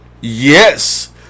Yes